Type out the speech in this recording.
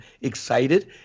excited